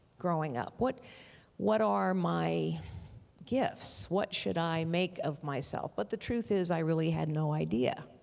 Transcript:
growing up. what what are my gifts what should i make of myself? but the truth is i really had no idea.